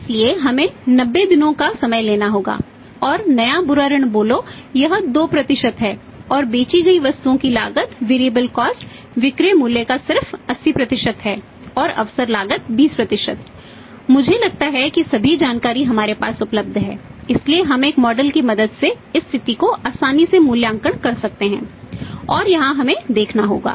इसलिए हमें 90 दिनों का समय लेना होगा और नया बुरा ऋण बोलो यह 2 है और बेची गई वस्तुओं की लागत वेरिएबल कॉस्ट की मदद से इस स्थिति का आसानी से मूल्यांकन कर सकते हैं और यहां हमें देखना होगा